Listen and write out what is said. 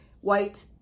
white